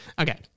okay